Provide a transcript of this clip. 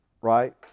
right